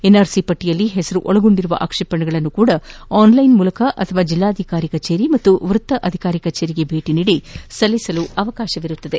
NRC ಪಟ್ಟಿಯಲ್ಲಿ ಹೆಸರು ಒಳಗೊಂಡಿರುವ ಆಕ್ಷೇಪಣೆಗಳನ್ನು ಕೂಡ ಆನ್ಲೈನ್ ಮೂಲಕ ಅಥವಾ ಜಿಲ್ಲಾಧಿಕಾರಿ ಕಚೇರಿ ಮತ್ತು ವ್ಪತ್ತ ಅಧಿಕಾರಿ ಕಚೇರಿಗೆ ಭೇಟಿ ನೀಡಿ ಸಲ್ಲಿಸಬಹುದಾಗಿದೆ